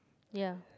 ya